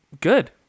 good